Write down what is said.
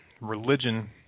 religion